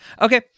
Okay